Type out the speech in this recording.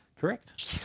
Correct